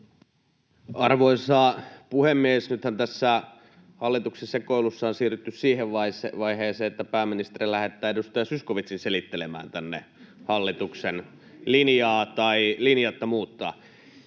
Arvoisa puhemies! Nythän tässä hallituksen sekoilussa on siirrytty siihen vaiheeseen, että pääministeri lähettää edustaja Zyskowiczin selittelemään tänne hallituksen linjaa — tai linjattomuutta.